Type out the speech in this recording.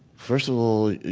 first of all,